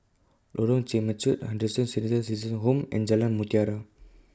Lorong Temechut Henderson Senior Citizens' Home and Jalan Mutiara